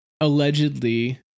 allegedly